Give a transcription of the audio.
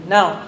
Now